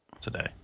today